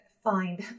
find